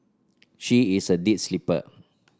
she is a deep sleeper